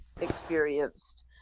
experienced